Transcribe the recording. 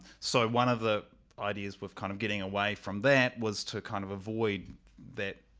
so one of the ideas with kind of getting away from that was to kind of avoid that.